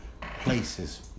places